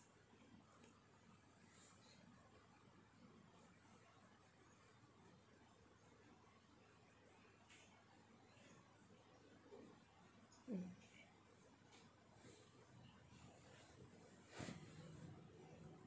mm